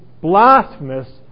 blasphemous